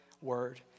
Word